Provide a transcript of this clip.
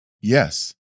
yes